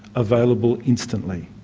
available instantly.